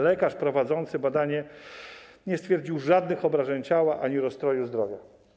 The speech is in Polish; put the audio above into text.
Lekarz prowadzący badanie nie stwierdził żadnych obrażeń ciała ani rozstroju zdrowia.